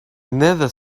never